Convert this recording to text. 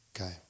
Okay